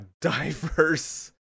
diverse